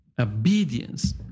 obedience